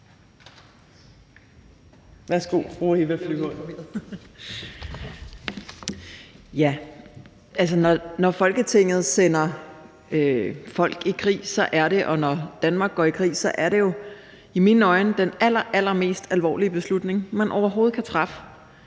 Når Folketinget sender folk i krig – når Danmark går i krig – er det i mine øjne den allerallermest alvorlige beslutning, man overhovedet kan træffe.